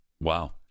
Wow